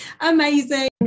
Amazing